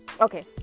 Okay